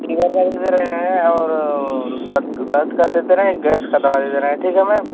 fever का भी दे रहे हैं और दर्द का दे दे रहें हैं गैस की दावई दे रहे हैं ठीक है मैम